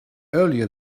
earlier